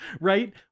right